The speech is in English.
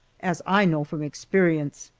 as i know from experience,